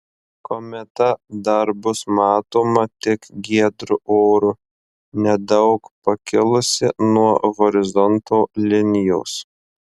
kometa dar bus matoma tik giedru oru nedaug pakilusi nuo horizonto linijos